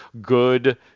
good